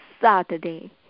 Saturday